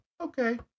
okay